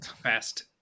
Fast